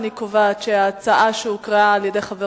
אני קובעת שההצעה שהוקראה על-ידי חבר